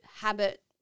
habit